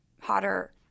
hotter